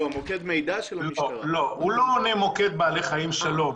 לא, הוא לא עונה: מוקד בעלי חיים, שלום.